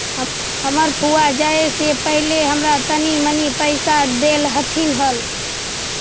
हमर फुआ जाए से पहिले हमरा तनी मनी पइसा डेलथीन हल